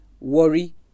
worry